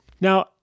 Now